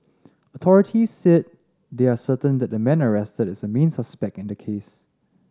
authorities said they are certain that the man arrested is a main suspect in the case